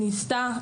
היא ניסתה,